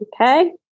Okay